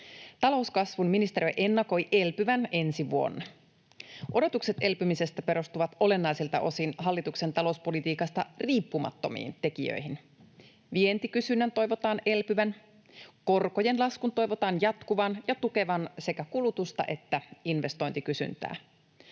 Talouskasvun ministeriö ennakoi elpyvän ensi vuonna. Odotukset elpymisestä perustuvat olennaisilta osin hallituksen talouspolitiikasta riippumattomiin tekijöihin. Vientikysynnän toivotaan elpyvän, korkojen laskun toivotaan jatkuvan ja tukevan sekä kulutusta että investointikysyntää.